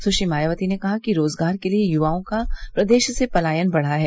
सुश्री मायावती ने कहा कि रोजगार के लिये युवाओं का प्रदेश से पलायन बढ़ा है